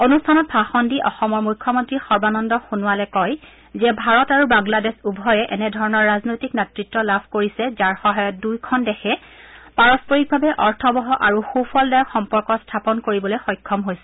অনুষ্ঠানত ভাষণ দি অসমৰ মুখ্যমন্ত্ৰী সৰ্বানন্দ সোণোৱালে কয় যে ভাৰত আৰু বাংলাদেশ উভয়ে এনেধৰণৰ ৰাজনৈতিক নেতৃত্ব লাভ কৰিছে যাৰ সহায়ত দুয়োখন দেশে পাৰস্পৰিকভাৱে অৰ্থবহ আৰু সুফলদায়ক সম্পৰ্ক স্থাপন কৰিবলৈ সক্ষম হৈছে